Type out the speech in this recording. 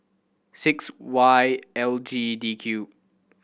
six Y L G D Q